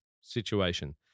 situation